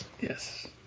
Yes